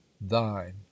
thine